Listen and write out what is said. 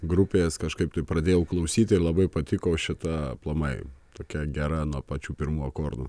grupės kažkaip tai pradėjau klausyti ir labai patiko šita aplamai tokia gera nuo pačių pirmų akordų